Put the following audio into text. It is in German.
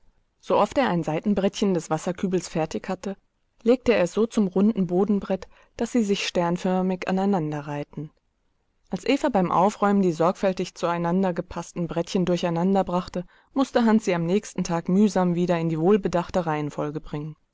sooft er ein seitenbrettchen des wasserkübels fertig hatte legte er es so zum runden bodenbrett daß sie sich sternförmig aneinander reihten als eva beim aufräumen die sorgfältig zueinandergepaßten brettchen durcheinanderbrachte mußte hans sie am nächsten tag mühsam wieder in die wohlbedachte reihenfolge